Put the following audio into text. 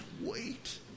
wait